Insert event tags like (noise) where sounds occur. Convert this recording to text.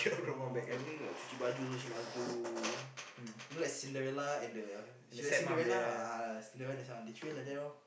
yeah lor everything like cuci baju she must do (noise) you know like Cinderella and the she like Cinderella ah Cinderella that one she treat her like that loh